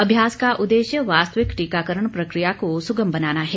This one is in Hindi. अभ्यास का उद्देश्य वास्तविक टीकाकरण प्रक्रिया को सुगम बनाना है